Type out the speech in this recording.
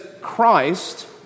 Christ